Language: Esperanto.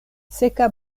seka